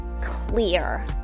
clear